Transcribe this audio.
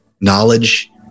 Knowledge